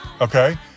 okay